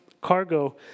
cargo